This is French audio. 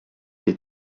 des